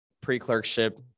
pre-clerkship